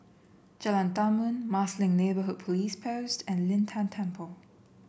Jalan Tarum Marsiling Neighbourhood Police Post and Lin Tan Temple